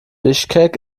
bischkek